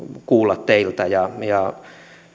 kuulla teiltä